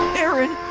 eren!